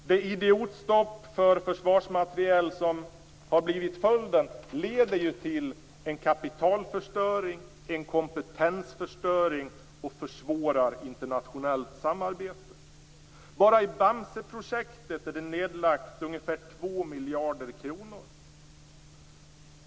Det idiotstopp för försvarsmateriel som har blivit följden leder ju till en kapitalförstöring, en kompetensförstöring och försvårar internationellt samarbete. Bara för Bamseprojektet har det lagts ned ungefär 2 miljarder kronor.